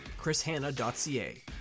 chrishanna.ca